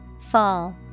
Fall